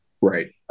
Right